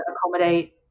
accommodate